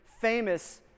famous